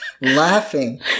laughing